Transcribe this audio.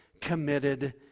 committed